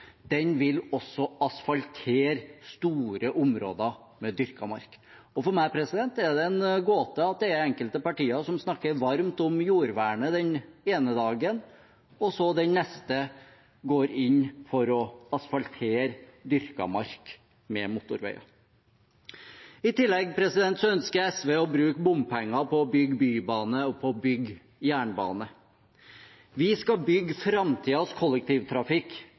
den vil også asfaltere store områder med dyrket mark. For meg er det en gåte at det er enkelte partier som snakker varmt om jordvernet den ene dagen, og den neste går inn for å asfaltere dyrket mark med motorveier. I tillegg ønsker SV å bruke bompenger på å bygge bybane og jernbane. Vi skal bygge framtidens kollektivtrafikk for Trondheim og for Trøndelag. Vi skal